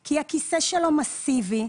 כי הכיסא שלו מאסיבי,